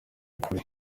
kuri